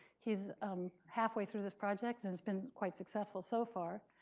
he's um halfway through this project and has been quite successful so far.